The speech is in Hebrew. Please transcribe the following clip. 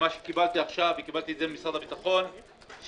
קיבלתי עכשיו ממשרד הביטחון מידע על כך